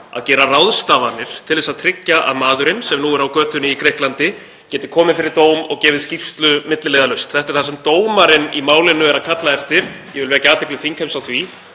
að gera ráðstafanir til þess að tryggja að maðurinn, sem nú er á götunni í Grikklandi, geti komið fyrir dóm og gefið skýrslu milliliðalaust. Þetta er það sem dómarinn í málinu er að kalla eftir, ég vil vekja athygli þingheims á því,